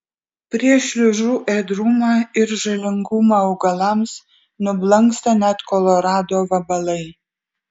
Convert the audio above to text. prieš šliužų ėdrumą ir žalingumą augalams nublanksta net kolorado vabalai